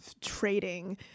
trading